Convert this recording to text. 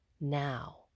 now